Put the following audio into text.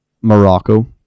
Morocco